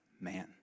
man